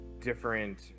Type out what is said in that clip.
different